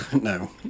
no